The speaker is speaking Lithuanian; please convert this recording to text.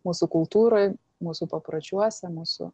mūsų kultūroj mūsų papročiuose mūsų